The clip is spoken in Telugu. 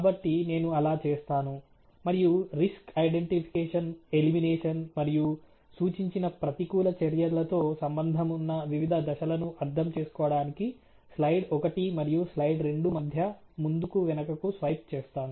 కాబట్టి నేను అలా చేస్తాను మరియు రిస్క్ ఐడెంటిఫికేషన్ ఎలిమినేషన్ మరియు సూచించిన ప్రతికూల చర్యలతో సంబంధం ఉన్న వివిధ దశలను అర్థం చేసుకోవడానికి స్లైడ్ ఒకటి మరియు స్లైడ్ రెండు మధ్య ముందుకు వెనుకకు స్వైప్ చేస్తాను